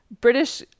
British